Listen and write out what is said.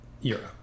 Europe